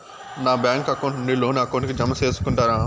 మా bank account నుండి loan account కి జామ సేసుకుంటారా?